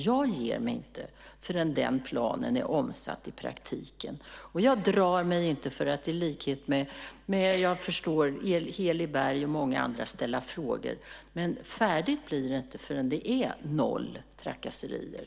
Jag ger mig inte förrän planen är omsatt i praktiken, och jag drar mig inte för att i likhet med, det förstår jag, Heli Berg och många andra ställa frågor. Färdigt blir det inte förrän det är noll trakasserier.